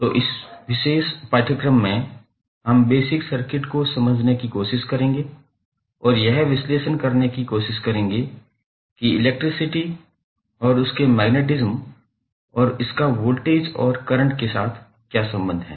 तो इस विशेष पाठ्यक्रम में हम बेसिक सर्किट को समझने की कोशिश करेंगे और यह विश्लेषण करने की कोशिश करेंगे कि इलेक्ट्रिसिटी और उसके मैग्नेटिज्म और इसका वोल्टेज और करंट के साथ क्या संबंध है